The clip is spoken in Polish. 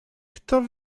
kto